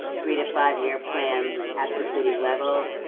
three to five-year plans at the city level.